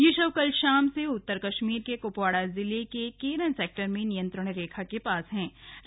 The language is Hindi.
ये शव कल शाम से उत्तर कश्मीर के कुपवाड़ा जिले के केरन सेक्टर में नियंत्रण रेखा के पास रखे हैं